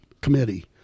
committee